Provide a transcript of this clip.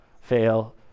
fail